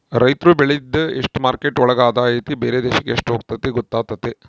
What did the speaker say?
ರೈತ್ರು ಬೆಳ್ದಿದ್ದು ಎಷ್ಟು ಮಾರ್ಕೆಟ್ ಒಳಗ ಆದಾಯ ಐತಿ ಬೇರೆ ದೇಶಕ್ ಎಷ್ಟ್ ಹೋಗುತ್ತೆ ಗೊತ್ತಾತತೆ